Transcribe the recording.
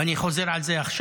ואני חוזר על זה עכשיו.